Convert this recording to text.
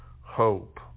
hope